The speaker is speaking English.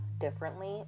differently